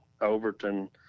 Overton